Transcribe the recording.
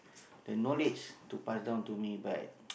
the knowledge to pass down to me but